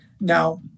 Now